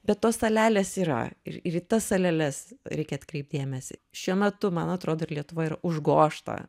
bet tos salelės yra ir ir į tas saleles reikia atkreipt dėmesį šiuo metu man atrodo ir lietuva ir užgoš tą